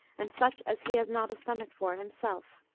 and such as he has not a stomach for himself.